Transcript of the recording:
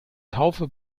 taufe